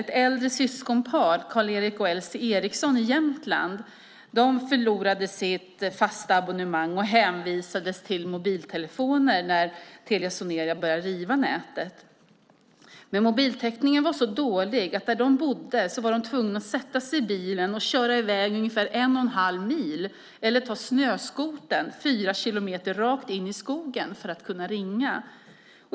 Ett äldre syskonpar, Karl-Erik och Elsie Eriksson, i Jämtland förlorade sitt fasta abonnemang och hänvisades till mobiltelefoner när Telia Sonera började riva nätet. Mobiltäckningen är så dålig att de är tvungna att sätta sig i bilen och köra ungefär en och en halv mil eller ta snöskotern fyra kilometer rakt in i skogen för att kunna ringa.